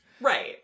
Right